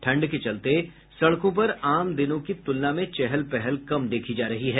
ठंड के चलते सड़कों पर आम दिनों की तुलना में चहल पहल कम देखी जा रही है